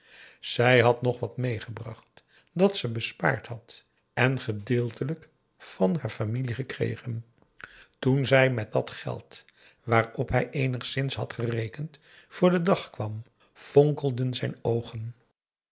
zij had nog wat meegebracht dat ze bespaard had en gedeeltelijk van haar familie gekregen toen zij met dat geld waarop hij eenigszins had gerekend voor den dag kwam fonkelden zijn oogen